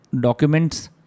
documents